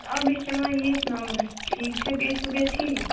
آ مےٚ چھِ چَلان ییٚتھۍ نَمبرَس ٹھیٖک چھا بیٚیہِ سُہ سوٗزیوٚ ٹھیٖک